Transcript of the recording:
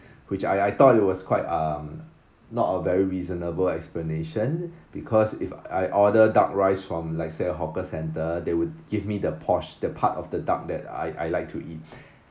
which I I thought it was quite uh not a very reasonable explanation because if I order duck rice from like say hawker center they will give me the portthe part of the duck that I I'd like to eat